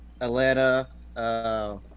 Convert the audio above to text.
Atlanta